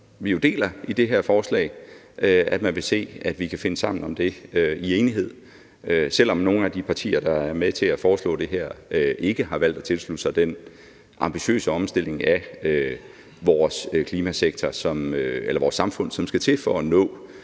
jo deler, i det her forslag og nå til enighed, selv om nogle af de partier, der er med til at foreslå det her, ikke har valgt at tilslutte sig den ambitiøse omstilling af vores samfund, som skal til for at nå